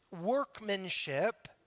workmanship